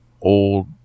old